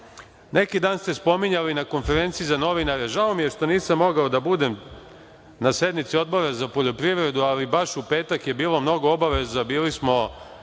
dan ste spominjali na konferenciji za novinare… Žao mi je što nisam mogao da budem na sednici Odbora za poljoprivredu, ali baš u petak je bilo mnogo obaveza. Bili smo